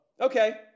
okay